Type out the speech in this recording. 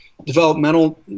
developmental